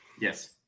Yes